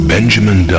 Benjamin